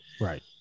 Right